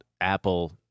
Apple